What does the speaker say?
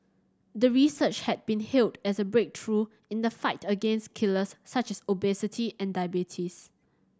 the research had been hailed as a breakthrough in the fight against killers such as obesity and diabetes